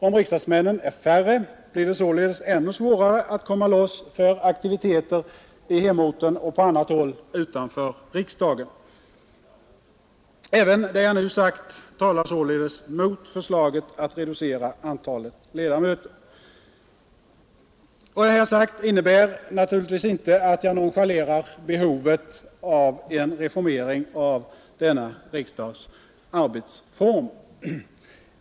Om riksdagsmännen är färre, blir det således ännu svårare att komma loss för aktiviteter i hemorten och på annat håll utanför riksdagen. Även detta talar således mot förslaget att reducera antalet ledamöter. Vad jag här sagt innebär naturligtvis inte att jag nonchalerar behovet av reformering av riksdagens arbetsformer.